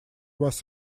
was